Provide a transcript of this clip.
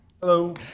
Hello